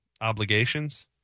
Obligations